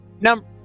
Number